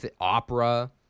Opera